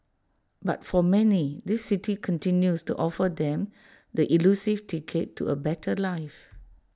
but for many this city continues to offer them the elusive ticket to A better life